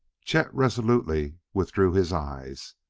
chet resolutely withdrew his eyes.